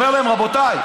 אומר להם: רבותיי,